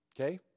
Okay